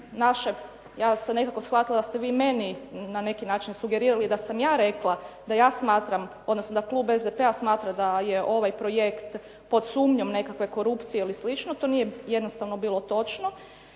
ja sam nekako shvatila da ste vi meni na neki način sugerirali da sam ja rekla da ja smatram odnosno da klub SDP-a smatra da je ovaj projekt pod sumnjom nekakve korupcije ili slično. To nije jednostavno bilo točno.